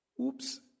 Oops